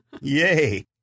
Yay